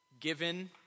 given